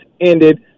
ended